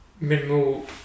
minimal